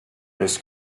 this